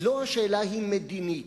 אצלו השאלה היא מדינית.